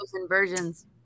inversions